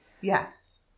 Yes